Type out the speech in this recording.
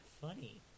funny